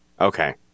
Okay